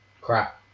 Crap